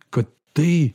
kad tai